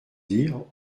dire